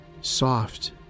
soft